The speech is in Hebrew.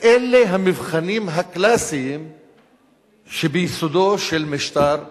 אלה המבחנים הקלאסיים שביסודו של משטר פאשיסטי.